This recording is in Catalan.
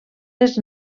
les